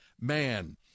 man